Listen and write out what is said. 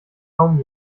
kaum